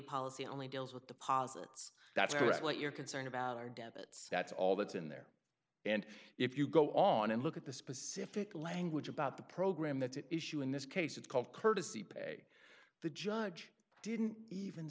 policy only deals with deposits that's what you're concerned about are debits that's all that's in there and if you go on and look at the specific language about the program that's an issue in this case it's called courtesy pay the judge didn't even